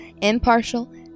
impartial